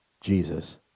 Jesus